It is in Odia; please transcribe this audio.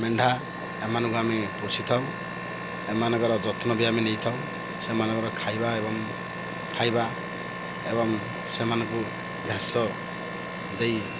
ମେଣ୍ଢା ଏମାନଙ୍କୁ ଆମେ ପୋଷିଥାଉ ଏମାନଙ୍କର ଯତ୍ନ ବି ଆମେ ନେଇଥାଉ ସେମାନଙ୍କର ଖାଇବା ଏବଂ ଖାଇବା ଏବଂ ସେମାନଙ୍କୁ ଘାସ ଦେଇ